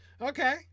Okay